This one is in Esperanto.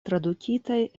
tradukitaj